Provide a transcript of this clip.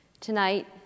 Tonight